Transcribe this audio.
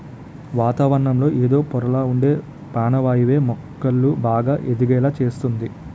వాతావరణంలో ఎదో పొరల్లొ ఉండే పానవాయువే మొక్కలు బాగా ఎదిగేలా సేస్తంది